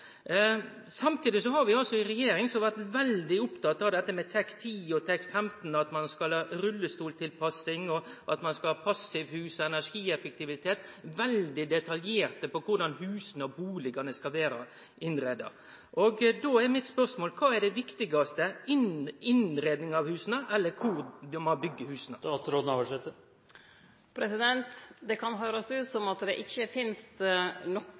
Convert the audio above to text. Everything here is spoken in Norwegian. Samtidig har vi ei regjering som har vore veldig opptatt av dette med TEK 10 og TEK 15, at ein skal ha rullestoltilpassing, og at ein skal ha passivhus og energieffektivitet. Dei er veldig detaljerte på korleis husa og bustadane skal vere innreidde. Då er mitt spørsmål: Kva er det viktigaste – innreiinga av husa eller kvar ein byggjer husa? Det kan høyrest ut som om det ikkje finst